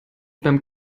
beim